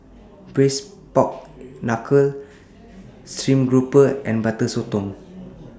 Braised Pork Knuckle Stream Grouper and Butter Sotong